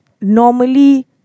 Normally